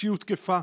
שהיא הותקפה,